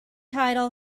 title